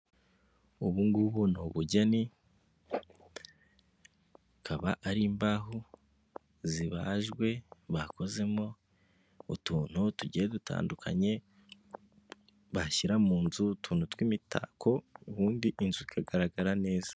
Ubungubu ni ubugenikaba akaba ari imbaho zibajwe bakozemo utuntu tugiye dutandukanye, bashyira mu nzu utuntu tw'imitako ubundi inzu ikagaragara neza.